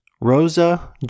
Rosa